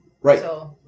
Right